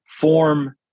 form